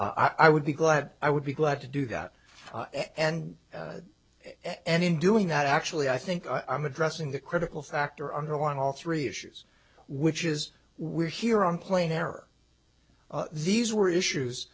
i would be glad i would be glad to do that and end in doing that actually i think i'm addressing the critical factor underlying all three issues which is we're here on plain error these were issues